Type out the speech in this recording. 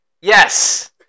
Yes